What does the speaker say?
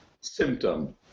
symptom